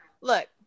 Look